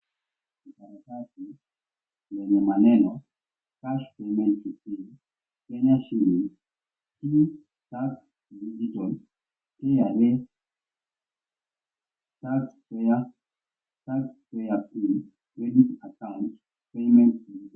Karatasi yenye maneno Cash Payment Receipt Ksh Due Digital KRA Tax Payer In Credit Account Payment Received.